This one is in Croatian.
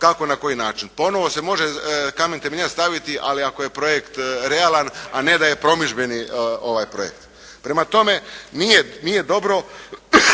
kako i na koji način. Ponovo se može kamen temeljac staviti ali ako je projekt realan, a ne de je promidžbeni projekt. Prema tome nije dobro